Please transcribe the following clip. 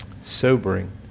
Sobering